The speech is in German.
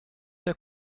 der